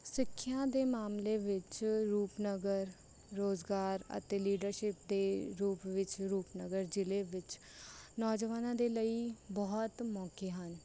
ਸਿੱਖਿਆ ਦੇ ਮਾਮਲੇ ਵਿੱਚ ਰੂਪਨਗਰ ਰੋਜ਼ਗਾਰ ਅਤੇ ਲੀਡਰਸ਼ਿਪ ਦੇ ਰੂਪ ਵਿੱਚ ਰੂਪਨਗਰ ਜ਼ਿਲ੍ਹੇ ਵਿੱਚ ਨੌਜਵਾਨਾਂ ਦੇ ਲਈ ਬਹੁਤ ਮੌਕੇ ਹਨ